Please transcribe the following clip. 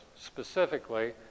specifically